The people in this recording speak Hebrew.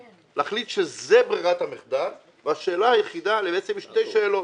להחליט שזאת ברירת המחדל והשאלה היחידה היא בעצם שתי שאלות.